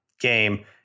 game